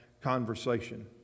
conversation